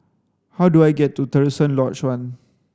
how do I get to Terusan Lodge One